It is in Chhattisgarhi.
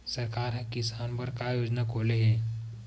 सरकार ह किसान बर का योजना खोले हे?